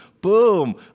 boom